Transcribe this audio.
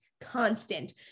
constant